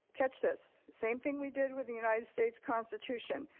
catch this, same thing we did with the united states constitution,